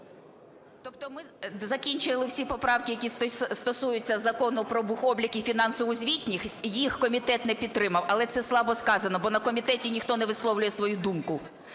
Тобто ми закінчили всі поправки, які стосуються Закону про бухоблік і фінансову звітність, їх комітет не підтримав, але це слабо сказано, бо на комітеті ніхто не висловлює свою думку.